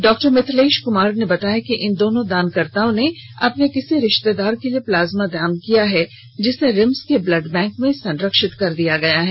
डॉ मिथिलेश कुमार ने बताया कि इन दोनों दानकर्ताओं ने अपने किसी रिश्तेदार के लिए प्लाज्मा दान किया है जिसे रिम्स के ब्लड बैंक में संरक्षित कर दिया गया है